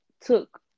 took